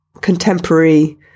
contemporary